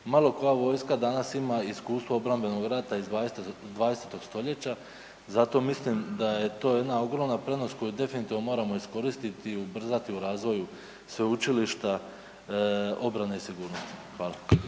Malo koja vojska danas ima iskustvo obrambenog rata iz 20. stoljeća zato mislim da je to jedna ogromna prednost koju definitivno moramo iskoristiti i ubrzati u razvoju Sveučilišta obrane i sigurnosti. Hvala.